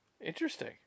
Interesting